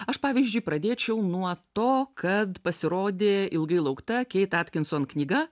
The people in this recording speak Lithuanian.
aš pavyzdžiui pradėčiau nuo to kad pasirodė ilgai laukta keit atkinson knyga